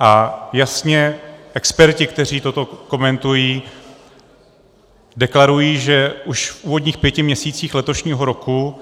A experti, kteří toto komentují, jasně deklarují, že už v úvodních pěti měsících letošního roku